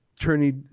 attorney